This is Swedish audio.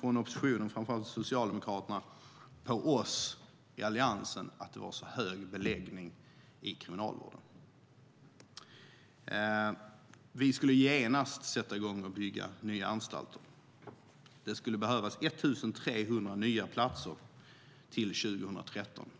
från oppositionen, framför allt Socialdemokraterna, på oss i Alliansen att det var så hög beläggning inom kriminalvården. Vi skulle genast sätta i gång att bygga nya anstalter. Det skulle behövas 1 300 nya platser till 2013.